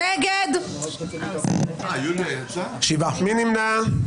מי נמנע?